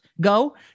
go